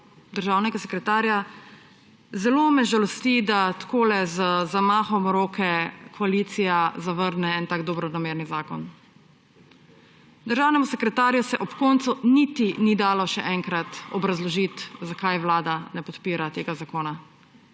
državnega sekretarja. Zelo me žalosti, da takole z zamahom roke koalicija zavrne en tak dobronameren zakon. Državnemu sekretarju se ob koncu niti ni dalo še enkrat obrazložiti, zakaj Vlada ne podpira tega zakona.